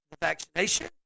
vaccination